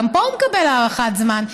גם פה הוא מקבל הארכת זמן.